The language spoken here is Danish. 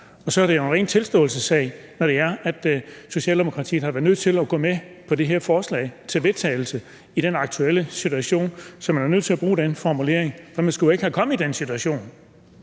Og så er det jo en ren tilståelsessag, når Socialdemokratiet har været nødt til at gå med på det her forslag til vedtagelse i den aktuelle situation. Så man var nødt til at bruge den formulering, for ellers ville man ikke være kommet i den situation.